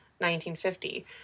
1950